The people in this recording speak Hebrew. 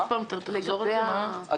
אם אתה יכול לחזור על זה, זה חשוב לי.